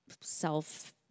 self